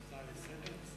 זו הצעה לסדר בסוף?